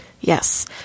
Yes